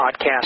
podcast